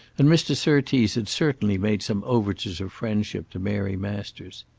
and mr. surtees had certainly made some overtures of friendship to mary masters.